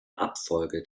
abfolge